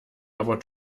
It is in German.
aber